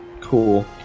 Cool